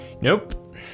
Nope